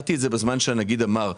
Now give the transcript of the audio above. והערתי בזמן שהנגיד דיבר,